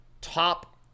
top